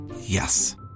Yes